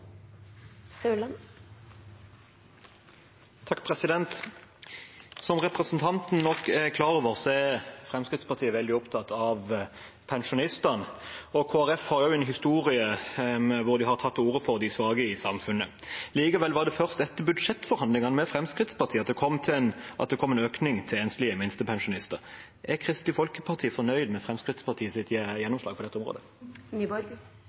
er Fremskrittspartiet veldig opptatt av pensjonistene, og Kristelig Folkeparti har jo en historie hvor de har tatt til orde for de svake i samfunnet. Likevel var det først etter budsjettforhandlingene med Fremskrittspartiet at det kom en økning til enslige minstepensjonister. Er Kristelig Folkeparti fornøyd med Fremskrittspartiets gjennomslag på dette